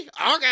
okay